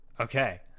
Okay